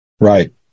Right